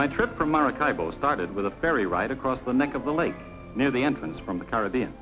archival started with a ferry ride across the neck of the lake near the entrance from the caribbean